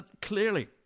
clearly